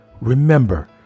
remember